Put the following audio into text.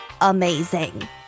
amazing